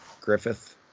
Griffith